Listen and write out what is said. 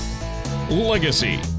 Legacy